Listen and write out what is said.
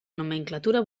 nomenclatura